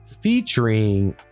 featuring